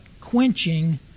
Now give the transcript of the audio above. quenching